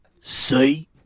See